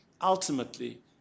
ultimately